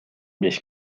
беш